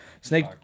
Snake